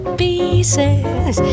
pieces